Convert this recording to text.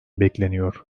bekleniyor